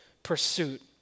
pursuit